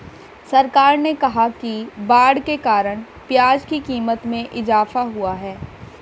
सरकार ने कहा कि बाढ़ के कारण प्याज़ की क़ीमत में इजाफ़ा हुआ है